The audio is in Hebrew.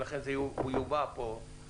וזה יובע פה עוד מעט.